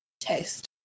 taste